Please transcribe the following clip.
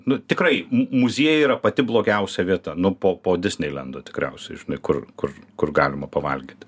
nu tikrai muziejuj yra pati blogiausia vieta nu po po disneilendo tikriausiai žinai kur kur kur galima pavalgyti